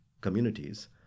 communities